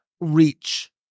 reach